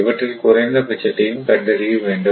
இவற்றில் குறைந்தபட்சத்தையும் கண்டறிய வேண்டும்